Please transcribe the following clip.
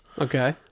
Okay